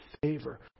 favor